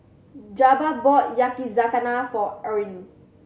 Jabbar bought Yakizakana for Arne